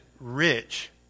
rich